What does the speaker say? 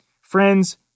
Friends